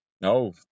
No